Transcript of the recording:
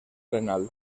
renal